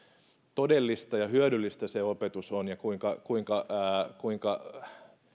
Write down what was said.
todellista ja hyödyllistä se opetus on ja kuinka kuinka